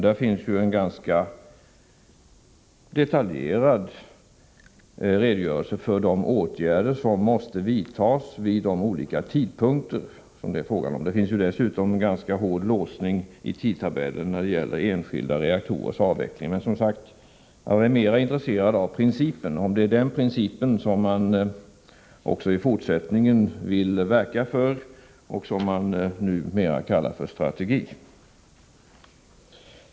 Där ges en ganska detaljerad redogörelse för de åtgärder som måste vidtas vid de olika tidpunkter som det är fråga om. Där finns dessutom en ganska hård låsning i tidtabellen när det gäller enskilda reaktorers avveckling, men jag är som sagt mer intresserad av principen. Är det denna princip som regeringen också i fortsättningen vill verka för och som numera kallas strategi?